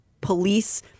police